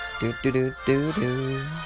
Do-do-do-do-do